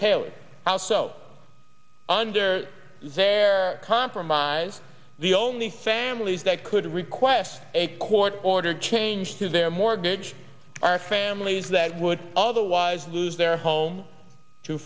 tailored how so under their compromise the only families that could request a court ordered change to their mortgage are families that would otherwise lose their home to